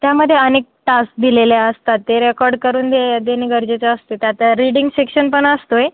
त्यामध्ये अनेक टास्क दिलेले असतात ते रेकॉर्ड करून दे देणे गरजेचे असते त्यात रीडिंग सेक्शन पण असतो आहे